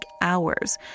hours